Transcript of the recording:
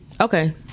Okay